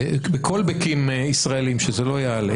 ב-callback'ים ישראליים, שזה לא יעלה.